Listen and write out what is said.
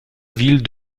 ville